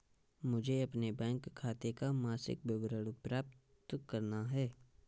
मुझे अपने बैंक खाते का मासिक विवरण प्राप्त करना है?